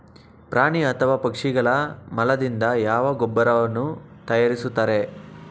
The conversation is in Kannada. ಪ್ರಾಣಿ ಅಥವಾ ಪಕ್ಷಿಗಳ ಮಲದಿಂದ ಯಾವ ಗೊಬ್ಬರವನ್ನು ತಯಾರಿಸುತ್ತಾರೆ?